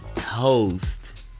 host